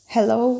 Hello